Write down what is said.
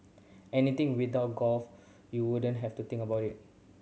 anything without golf you wouldn't have to think about it